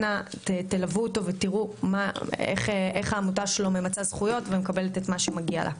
אנא תלוו אותו ותראו איך העמותה שלו ממצה זכויות ומקבלת את מה שמגיע לה.